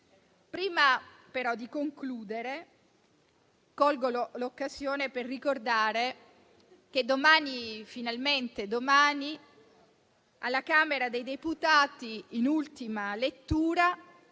Prima di concludere, colgo l'occasione per ricordare che finalmente domani, alla Camera dei deputati, in ultima lettura